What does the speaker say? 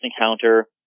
encounter